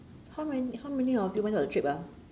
how many how many of you went on the trip ah